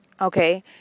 Okay